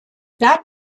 that